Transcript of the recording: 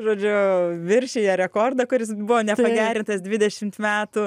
žodžiu viršija rekordą kuris buvo nepagerintas dvidešimt metų